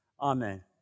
Amen